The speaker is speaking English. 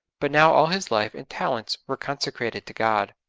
but now all his life and talents were consecrated to god.